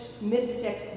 mystic